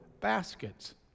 baskets